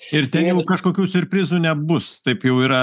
ir ten jau kažkokių siurprizų nebus taip jau yra